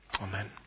Amen